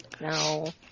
No